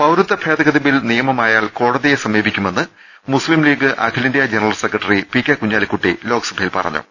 പൌരത്വഭേദഗതി bill നിയമമായാൽ കോടതിയെ സമീപിക്കു മെന്ന് മുസ്ലിം ലീഗ് അഖിലേന്ത്യാ general secretary P K Kunhalikutty ലോക്സഭയിൽ പറഞ്ഞു